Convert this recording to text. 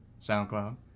SoundCloud